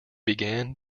began